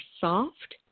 soft